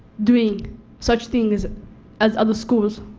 doing such things as other schools.